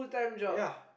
ya